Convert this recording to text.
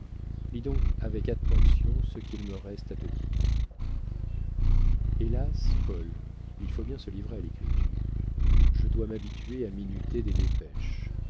donc avec attention ce qu'il me reste à te dire illustration miss dinah stevens offre un produit de la mécanique anglaise arrivé à son dernier perfectionnement le contrat de mariage hélas paul il faut bien se livrer à l'écriture je dois m'habituer à minuter des dépêches